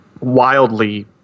wildly